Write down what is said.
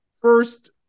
first